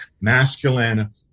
masculine